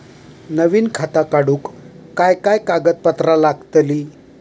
नवीन खाता काढूक काय काय कागदपत्रा लागतली?